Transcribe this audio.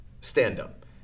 stand-up